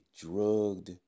drugged